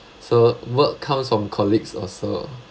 so work comes from colleagues also